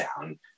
down